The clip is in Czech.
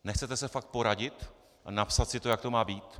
Nechcete se fakt poradit a napsat si to, jak to má být?